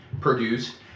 produced